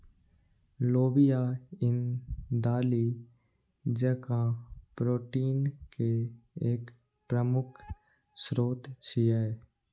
लोबिया ईन दालि जकां प्रोटीन के एक प्रमुख स्रोत छियै